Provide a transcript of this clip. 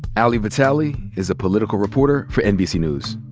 ali vitali is a political reporter for nbc news.